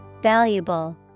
Valuable